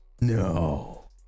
No